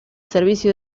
servicio